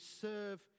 serve